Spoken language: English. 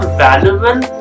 valuable